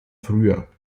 früher